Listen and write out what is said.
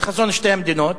את חזון שתי המדינות,